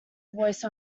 voice